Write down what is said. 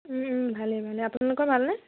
ভালেই ভালেই আপোনালোকৰ ভালনে